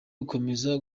gukomeza